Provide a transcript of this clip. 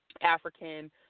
African